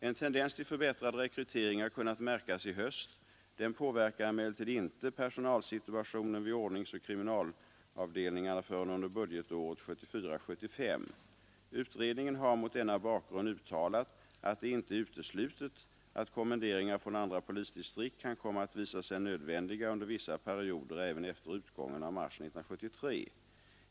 En tendens till förbättrad rekrytering har kunnat märkas i höst. Den påverkar emellertid inte personalsituationen vid ordningsoch kriminalavdelningarna förrän under budgetåret 1974/75. Utredningen har mot denna bakgrund uttalat, att det inte är uteslutet att kommenderingar från andra polisdistrikt kan komma att visa sig nödvändiga under vissa perioder även efter utgången av mars 1973.